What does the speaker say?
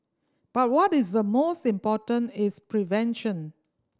but what is the most important is prevention